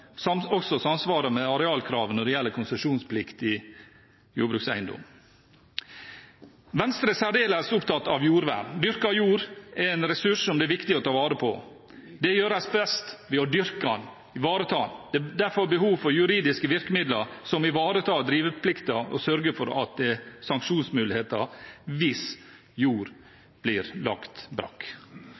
er også naturlig at arealgrensene i odelsloven samsvarer med arealkravet når det gjelder konsesjonspliktig jordbrukseiendom. Venstre er særdeles opptatt av jordvern. Dyrket jord er en ressurs som det er viktig å ta vare på. Det gjøres best ved å dyrke og ivareta den. Det er derfor behov for juridiske virkemidler som ivaretar driveplikten og sørger for at det er sanksjonsmuligheter hvis jord blir lagt brakk.